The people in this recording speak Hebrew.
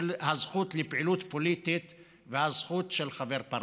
הזכות לפעילות פוליטית והזכות של חבר פרלמנט.